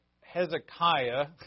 Hezekiah